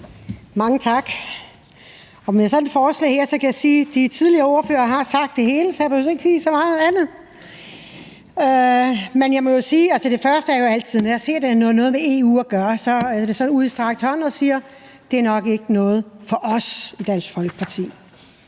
Mange tak. Om det her forslag kan jeg sige, at de tidligere ordførere har sagt det hele, så jeg behøver ikke sige så meget andet. Men jeg må sige, at det altid er sådan, at når jeg ser, at det har noget med EU at gøre, så holder jeg det ud i strakt arm og siger: Det er nok ikke noget for os i Dansk Folkeparti.